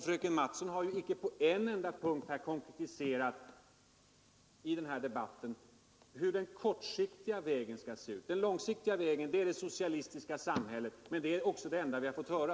Fröken Mattson har här inte på en enda punkt konkretiserat hur den kortsiktiga vägen skall se ut. Den långsiktiga vägen är det socialistiska samhället. Men det är också det enda vi har fått höra.